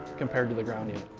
compared to the ground unit.